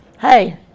Hey